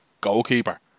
goalkeeper